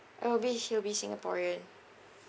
all be he'll be singaporean